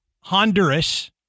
Honduras